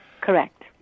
Correct